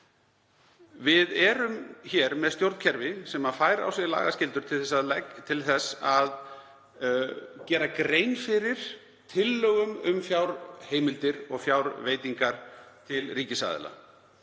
Við erum hér með stjórnkerfi sem tekur á sig lagaskyldur til að gera grein fyrir tillögum um fjárheimildir og fjárveitingar til ríkisaðila.